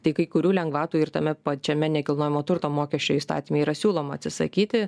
tai kai kurių lengvatų ir tame pačiame nekilnojamo turto mokesčio įstatyme yra siūloma atsisakyti